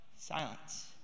silence